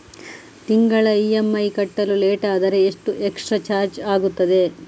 ತಿಂಗಳ ಇ.ಎಂ.ಐ ಕಟ್ಟಲು ಲೇಟಾದರೆ ಎಷ್ಟು ಎಕ್ಸ್ಟ್ರಾ ಚಾರ್ಜ್ ಆಗುತ್ತದೆ?